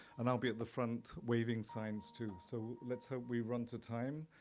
and i'll be at the front waving signs, too. so let's hope we run to time.